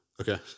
Okay